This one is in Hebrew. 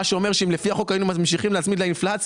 מה שאומר שאם לפי החוק היינו ממשיכים להצמיד לאינפלציה,